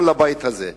גם בבית הזה.